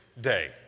day